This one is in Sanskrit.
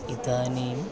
इदानीम्